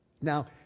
Now